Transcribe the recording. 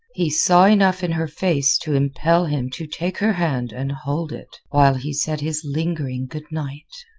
he saw enough in her face to impel him to take her hand and hold it while he said his lingering good night.